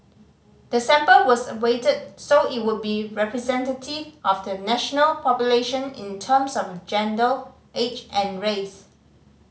the sample was weighted so it would be representative of the national population in terms of gender age and race